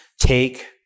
take